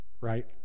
right